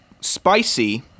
spicy